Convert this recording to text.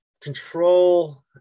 control